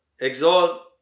exalt